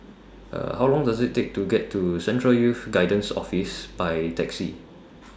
How Long Does IT Take to get to Central Youth Guidance Office By Taxi